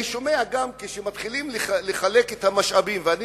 אני שומע שמתחילים לחלק את המשאבים ואני,